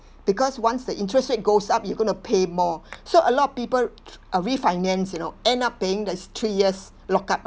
because once the interest rate goes up you're going to pay more so a lot of people uh refinance you know end up paying the s~ three years lockup